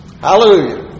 Hallelujah